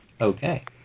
Okay